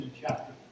chapter